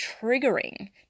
triggering